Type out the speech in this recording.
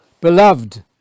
Beloved